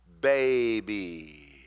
Baby